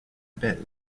bell